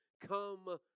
come